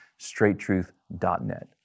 straighttruth.net